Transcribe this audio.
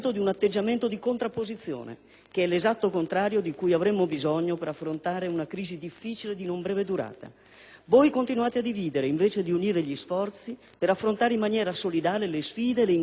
che è l'esatto contrario di ciò di cui avremmo bisogno per affrontare una crisi difficile e di non breve durata. Voi continuate a dividere invece di unire gli sforzi per affrontare in maniera solidale le sfide e le incognite che stanno di fronte a tutti.